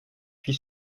fit